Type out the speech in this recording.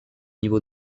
niveau